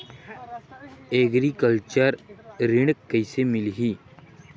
Agriculture ऋण कइसे मिलही?